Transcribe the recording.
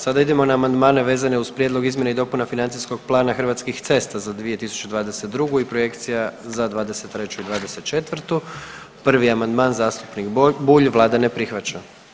Sada idemo na amandmane vezane uz Prijedlog izmjena i dopuna Financijskog plana Hrvatskih cesta za 2022. i Projekcija za '23. i '24. 1. amandman, zastupnik Bulj, Vlada ne prihvaća.